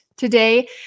Today